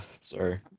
sorry